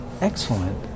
Excellent